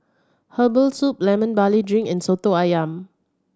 herbal soup Lemon Barley Drink and Soto Ayam